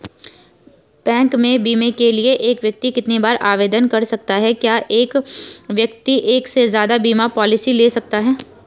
Bank में बीमे के लिए एक व्यक्ति कितनी बार आवेदन कर सकता है क्या एक व्यक्ति एक से ज़्यादा बीमा पॉलिसी ले सकता है?